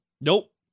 Nope